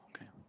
Okay